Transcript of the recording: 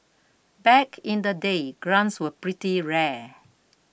back in the day grants were pretty rare